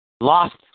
Lost